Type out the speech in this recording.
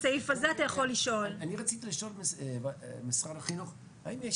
רציתי לשאול את משרד החינוך האם יש